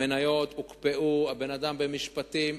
המניות הוקפאו, הבן-אדם במשפטים.